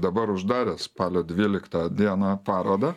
dabar uždarė spalio dvyliktą dieną parodą